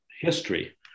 history